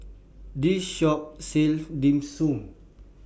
This Shop sells Dim Sum